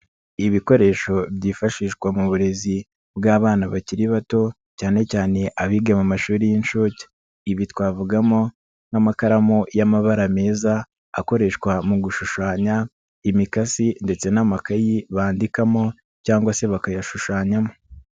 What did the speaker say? Ibikoresho byifashishwa mu burezi, bw'abana bakiri bato, cyane cyane abiga mu mashuri y'inshuke. Ibi twavugamo, nk'amakaramu y'amabara meza, akoreshwa mu gushushanya, imikasi ndetse n'amakayi bandikamo, cyangwa se bakayashushanyamo.